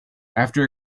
after